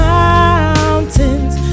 mountains